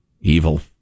Evil